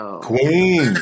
Queen